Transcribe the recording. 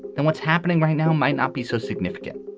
and what's happening right now might not be so significant